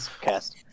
cast